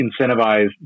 incentivize